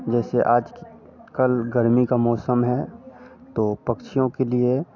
जैसे आज कल गर्मी का मौसम है तो पक्षियों के लिए